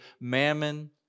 mammon